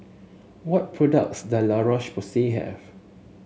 what products does La Roche Porsay have